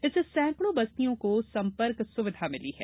इससे सैकड़ों बस्तियों को संपर्क सुविधा मिली है